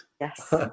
Yes